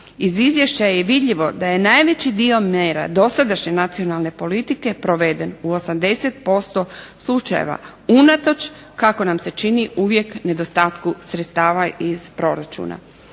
Iz izvješća je vidljivo da je najveći dio mjera dosadašnje nacionalne politike proveden u 80% slučajeva. Unatoč kako nam se čini uvijek nedostatku sredstava iz proračuna.